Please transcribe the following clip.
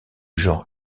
genre